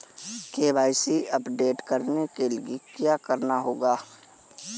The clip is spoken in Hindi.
के.वाई.सी अपडेट करने के लिए क्या करना होगा?